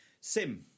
Sim